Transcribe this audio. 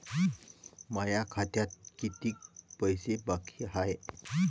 माया खात्यात कितीक पैसे बाकी हाय?